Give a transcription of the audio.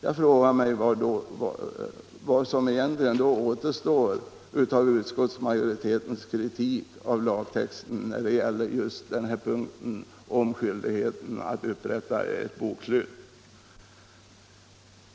Jag frågar mig vad som egentligen då återstår av utskottsmajoritetens kritik av lagtexten när det gäller just denna punkt om skyldigheten att upprätta bokslut.